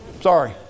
Sorry